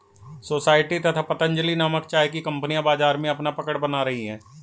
society तथा पतंजलि नामक चाय की कंपनियां बाजार में अपना पकड़ बना रही है